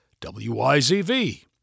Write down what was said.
WYZV